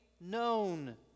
known